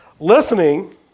Listening